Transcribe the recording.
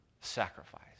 Sacrifice